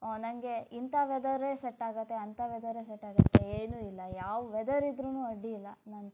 ಓ ನನಗೆ ಇಂಥ ವೆದರೇ ಸೆಟ್ ಆಗುತ್ತೆ ಅಂಥ ವೆದರೇ ಸೆಟ್ ಆಗುತ್ತೆ ಏನೂ ಇಲ್ಲ ಯಾವ ವೆದರ್ ಇದ್ರೂ ಅಡ್ಡಿಯಿಲ್ಲ ನಾನ್